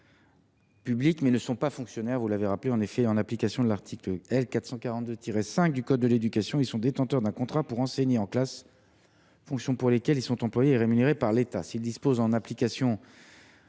public, mais ne sont pas fonctionnaires, comme vous l’avez rappelé. En application de l’article L. 442 5 du code de l’éducation, ils sont détenteurs d’un contrat pour enseigner en classe, fonction pour laquelle ils sont employés et rémunérés par l’État. S’ils bénéficient, en application